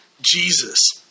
Jesus